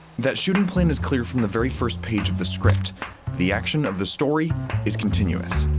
that shooting plan is clear from the very first page of the script the action of the story is continuous.